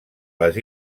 les